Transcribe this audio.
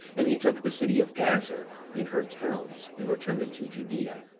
and he took the city of gazer and her towns, and returned into judea.